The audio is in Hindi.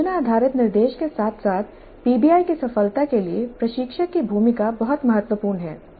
परियोजना आधारित निर्देश के साथ साथ पीबीआई की सफलता के लिए प्रशिक्षक की भूमिका बहुत महत्वपूर्ण है